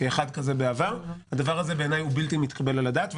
כאחד כזה בעבר - זה בלתי מתקבל על הדעת.